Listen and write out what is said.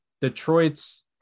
Detroit's